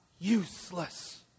useless